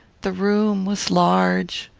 the room was large,